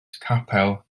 capel